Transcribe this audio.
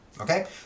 okay